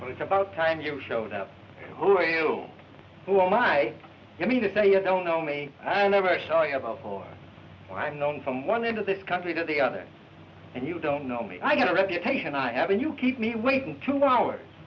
that it's about time you showed up who are you who am i mean to say i don't know me i never saw you about or i've known from one end of this country to the other and you don't know me i got a reputation i have and you keep me waiting two hours